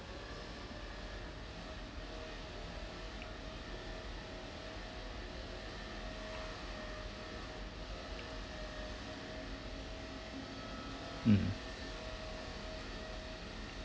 mm